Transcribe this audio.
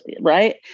right